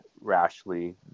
rashly